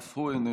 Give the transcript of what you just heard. אף הוא איננו.